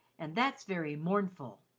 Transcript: and that's very mournful.